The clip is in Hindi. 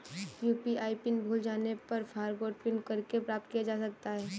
यू.पी.आई पिन भूल जाने पर फ़ॉरगोट पिन करके प्राप्त किया जा सकता है